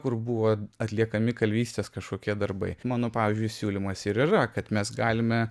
kur buvo atliekami kalvystės kažkokie darbai mano pavyzdžiui siūlymas ir yra kad mes galime